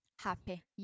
happy